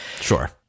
sure